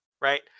right